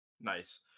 nice